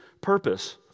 purpose